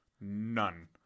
None